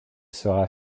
sera